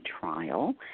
trial